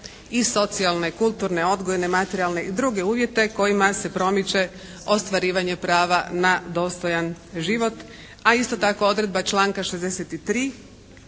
i socijalne, kulturne, odgojne, materijalne i druge uvjete kojima se promiče ostvarivanje prava na dostojan život. A isto tako odredba članka 63.